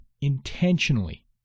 intentionally